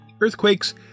Earthquakes